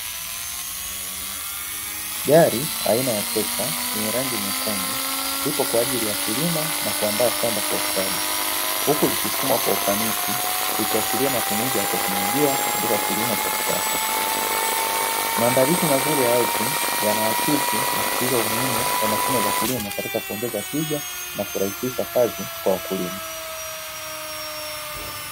Gari aina ya trekata lenye rangi nyekundu lipo kwa ajili ya kulima na kuandaa shamba kwa ustadi huku likisukumwa kwa ufanisi likiashiria matumizi ya teknolojia kwa ajili ya kilimo cha kisasa. Maandalizi mazuri ya ardhi yanaakisi na kusisitiza umuhimu wa mashine za kilimo katika kuongeza tija na kurahisisha kazi kwa wakulima.